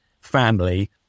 family